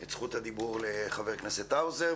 את זכות הדיבור לחבר הכנסת האוזר,